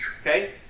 Okay